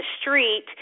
street